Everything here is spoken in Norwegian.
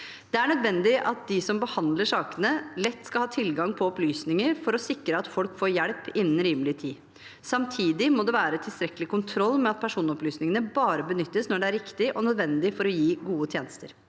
Det er nødvendig at de som behandler sakene, har lett tilgang på opplysninger for å sikre at folk får hjelp innen rimelig tid. Samtidig må det være tilstrekkelig kontroll med at personopplysningene bare benyttes når det er riktig og nødvendig for å gi gode tjenester.